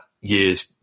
year's